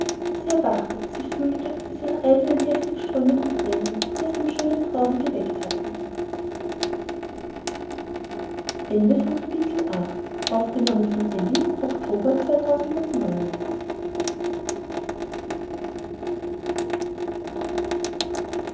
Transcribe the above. sie kü sie erwachte sie fühlte daß ihre eigenen heftigströmenden tränen sie aus dem schönen traume erweckt hatten